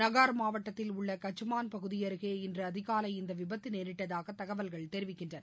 நாகார் மாவட்டத்தில் உள்ள கச்மான் பகுதி அருகே இன்று அதிகாலை இந்த விபத்து நேரிட்டதாக தகவல்கள் தெரிவிக்கின்றன